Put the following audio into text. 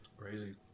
Crazy